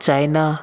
China